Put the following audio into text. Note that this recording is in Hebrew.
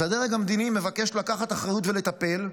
אז הדרג המדיני מבקש לקחת אחריות ולטפל,